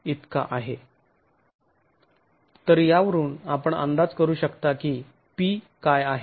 तर यावरून आपण अंदाज करू शकता की 'p' काय आहे